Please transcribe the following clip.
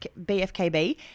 BFKB